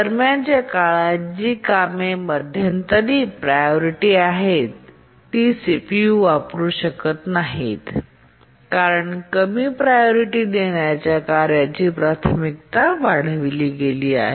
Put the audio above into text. दरम्यानच्या काळात जी कामे मध्यंतरी प्रायोरिटी आहेत ती सीपीयू वापरू शकत नाहीत कारण कमी प्रायोरिटी देण्याच्या कार्याची प्राथमिकता वाढविली गेली आहे